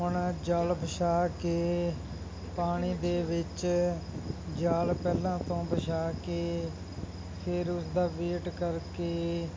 ਹੁਣ ਜਾਲ ਵਿਛਾ ਕੇ ਪਾਣੀ ਦੇ ਵਿੱਚ ਜਾਲ ਪਹਿਲਾਂ ਤੋਂ ਵਿਛਾ ਕੇ ਫਿਰ ਉਸਦਾ ਵੇਟ ਕਰਕੇ